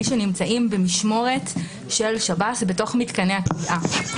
מי שנמצאים במשמורת של שב"ס בתוך מתקני הכליאה.